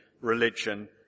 religion